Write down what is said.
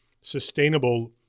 sustainable